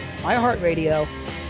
iHeartRadio